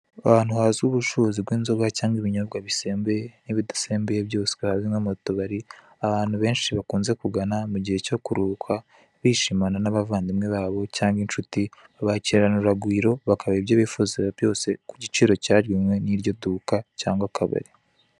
Ahantu hazwi ubucuruzi bw'inzoga cyangwa ibinyobwa zisembuye n'izidasembuye byose hazwi nko mu tubari abantu benshi bakunze kugana mu gihe cyo kuruhuka bishimana nabavandimwe babo cyangwa inshuti babakirana urugwiro, bakabaha ibyo bifuza byose ku giciro cya genwe n'iryo duka cyangwa akabari